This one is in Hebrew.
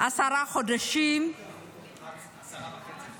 עשרה חודשים --- עשרה וחצי חודשים.